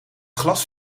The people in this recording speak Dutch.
glas